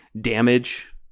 damage